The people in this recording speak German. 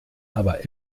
aber